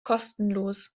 kostenlos